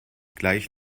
gleich